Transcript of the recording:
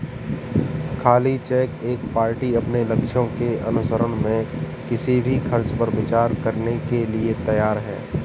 खाली चेक एक पार्टी अपने लक्ष्यों के अनुसरण में किसी भी खर्च पर विचार करने के लिए तैयार है